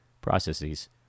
processes